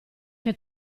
che